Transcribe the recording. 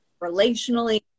relationally